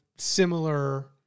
similar